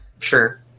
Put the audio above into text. Sure